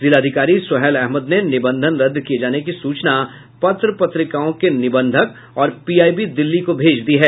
जिलाधिकारी सोहैल अहमद ने निबंधन रद्द किये जाने की सूचना पत्र पत्रिकाओं के निबंधक और पीआईबी दिल्ली को भेजी है